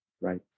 Right